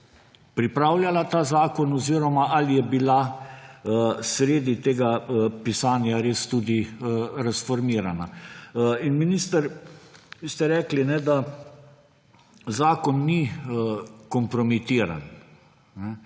pripravljala ta zakon oziroma ali je bila sredi tega pisanja res tudi razformirana. Minister, vi ste rekli, da zakon ni kompromitiran.